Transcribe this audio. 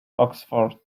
oxford